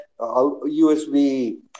usb